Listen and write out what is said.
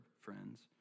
friends